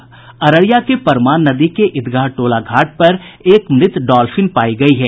अररिया के परमान नदी के ईदगाह टोला घाट पर एक मृत डॉल्फिन पाई गयी है